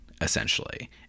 essentially